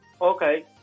Okay